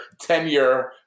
tenure